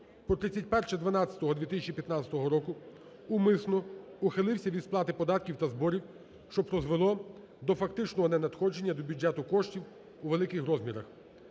по 31.12.2015 року умисно ухилився від сплати податків та зборів, що призвело до фактичного ненадходження до бюджету коштів у великих розмірах.